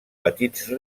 petits